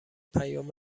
پیام